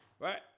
Right